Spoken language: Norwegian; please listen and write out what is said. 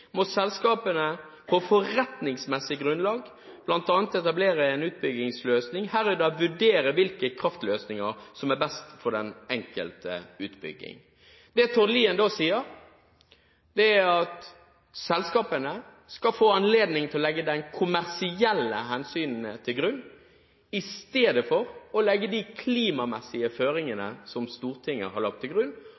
må selskapene på forretningsmessig grunnlag blant annet etablere en utbyggingsløsning, herunder vurdere hvilken kraftløsning som er best for den enkelte utbygging.» Det Tord Lien da sier, er at selskapene skal få anledning til å legge de kommersielle hensynene til grunn, i stedet for å legge de klimamessige føringene